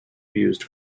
used